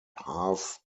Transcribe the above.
half